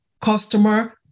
customer